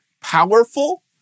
powerful